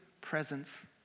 presence